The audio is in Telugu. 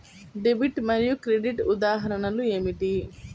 డెబిట్ మరియు క్రెడిట్ ఉదాహరణలు ఏమిటీ?